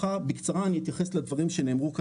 אנחנו עוד פעם חוזרים לאליאס